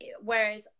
whereas